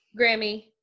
grammy